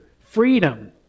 freedom